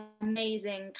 amazing